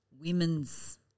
women's